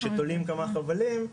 שתולים כמה חבלים,